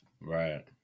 right